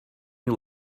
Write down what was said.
you